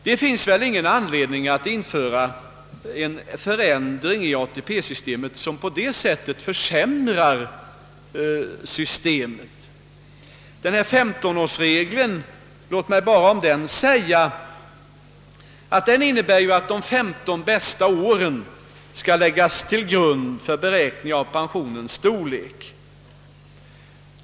Det finns väl ingen anledning att införa en förändring som försämrar ATP-systemet på den punkten. 15-årsregeln innebär ju att de 15 bästa åren skall läggas till grund för beräkning av pensionens storlek.